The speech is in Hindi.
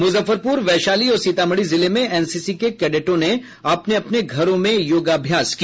मुजफ्फरपुर वैशाली और सीतामढ़ी जिले में एनसीसी के कैडेटों ने अपने अपने घरों में योगाभ्यास किया